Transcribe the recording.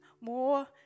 more